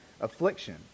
affliction